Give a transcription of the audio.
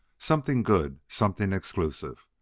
something good, something exclusive,